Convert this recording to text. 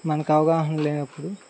మనకి అవగాహన లేనప్పుడు